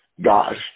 God